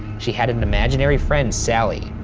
she had an imaginary friend, sallie.